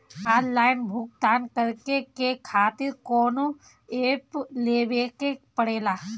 Online भुगतान करके के खातिर कौनो ऐप लेवेके पड़ेला?